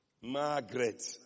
Margaret